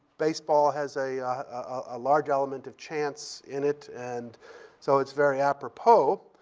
baseball has a ah large element of chance in it, and so it's very apropos.